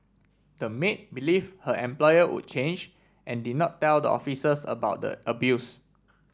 the maid believe her employer would change and did not tell the officers about the abuse